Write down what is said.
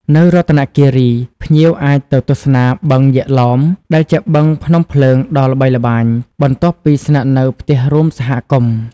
នៅរតនគិរី ភ្ញៀវអាចទៅទស្សនាបឹង យក្សឡោម ដែលជាបឹងភ្នំភ្លើងដ៏ល្បីល្បាញ បន្ទាប់ពីស្នាក់នៅផ្ទះរួមសហគមន៍។